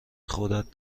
خودت